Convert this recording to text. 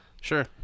Sure